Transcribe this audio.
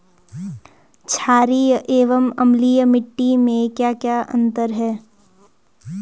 छारीय एवं अम्लीय मिट्टी में क्या क्या अंतर हैं?